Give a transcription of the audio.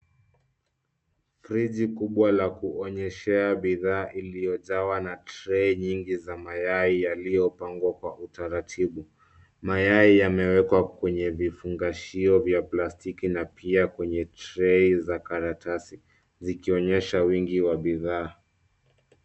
Friji kubwa la kuonyeshea bidhaa iliojawa na tray nyingi za mayai yaliopangwa kwa utaratibu. Mayai yamewekwa kwenye vifungashio vya plastiki na pia kwenye tray za karatasi zikionyesha wingi wa bidhaa.